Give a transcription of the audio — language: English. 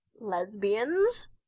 lesbians